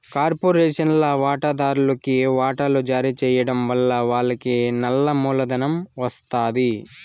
కార్పొరేషన్ల వాటాదార్లుకి వాటలు జారీ చేయడం వలన వాళ్లకి నల్ల మూలధనం ఒస్తాది